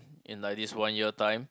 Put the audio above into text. in like this one year time